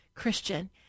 Christian